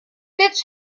bitch